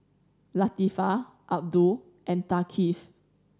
Latifa Abdul and Thaqif